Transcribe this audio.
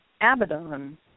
Abaddon